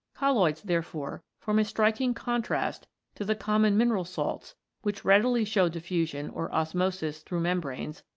colloids, therefore, form a striking contrast to the common mineral salts which readily show diffusion or osmosis through membranes,